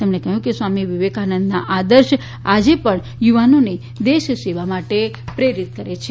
તેમણે કહ્યું કે સ્વામી વિવેકાનંદના આદર્શ આજે પણ યુવાનોને દેશસેવા માટે પ્રેરિત કરે છે